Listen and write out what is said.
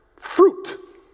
fruit